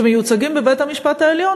שמיוצגים בבית-המשפט העליון,